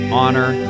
honor